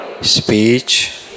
speech